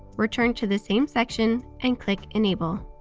return to the same section, and click enable.